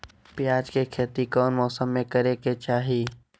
प्याज के खेती कौन मौसम में करे के चाही?